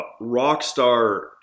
rockstar